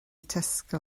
tesco